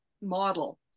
model